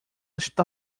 está